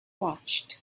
watched